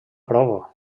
prova